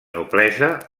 noblesa